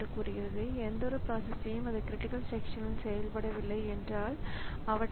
குறுக்கீடு வகையைத் தீர்மானித்த பிறகு அந்த கட்டுப்பாடு தொடர்புடைய இன்டரப்ட் சர்வீஸ் ராெட்டினுக்கு மாற்றப்படும்